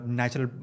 natural